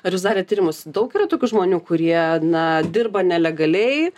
ar jūs darėt tyrimus daug yra tokių žmonių kurie na dirba nelegaliai